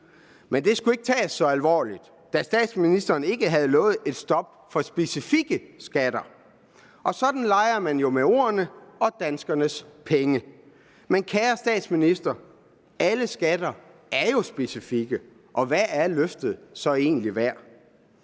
Men det skulle ikke tages så alvorligt, da statsministeren ikke havde lovet et stop for specifikke skatter. Og sådan leger man jo med ordene og danskernes penge. Men jeg vil sige til den kære statsminister, at alle skatter er specifikke, og hvad er løftet så egentlig værd?